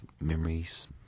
memories